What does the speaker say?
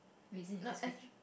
wait is it Nicholas-Cage